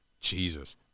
Jesus